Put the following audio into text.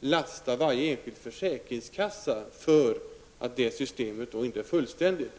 lasta varje enskild försäkringskassa för att systemet inte är fullkomligt.